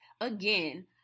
again